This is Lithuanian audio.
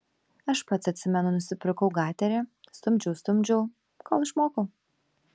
aš pats atsimenu nusipirkau gaterį stumdžiau stumdžiau kol išmokau